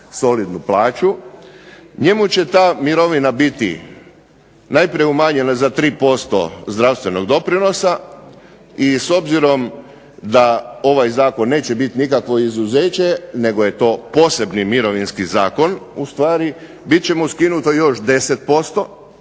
solidnu plaću, njemu će ta mirovina biti najprije umanjenja za 3% zdravstvenog doprinosa i s obzirom da ovaj zakon neće biti nikakvo izuzeće nego je to posebni mirovinski zakon ustvari bit će mu skinuto još 10%